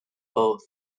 both